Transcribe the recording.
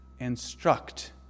Instruct